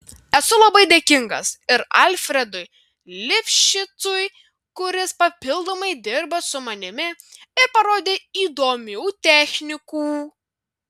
esu labai dėkingas ir alfredui lifšicui kuris papildomai dirba su manimi ir parodė įdomių technikų